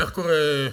איך קורה,